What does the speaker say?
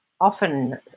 often